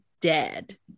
dead